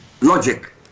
logic